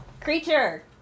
Creature